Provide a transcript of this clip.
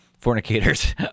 fornicators